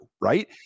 right